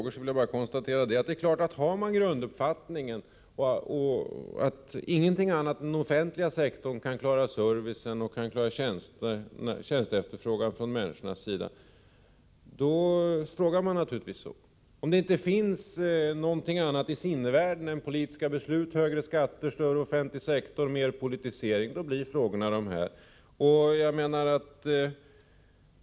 Om man har grunduppfattningen att ingenting annat än den offentliga sektorn kan klara service och tjänsteefterfrågan från människor, ställer man sådana frågor som Frida Berglund gör. Om det i sinnevärlden inte finns någonting annat än politiska beslut, högre skatter, större offentlig sektor och mer politisering uppkommer sådana här frågor.